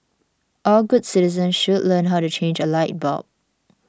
all good citizens should learn how to change a light bulb